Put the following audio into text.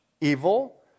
evil